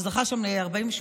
שזכה שם ל-48%,